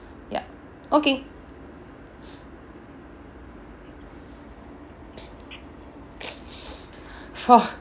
ya okay !wah!